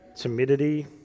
timidity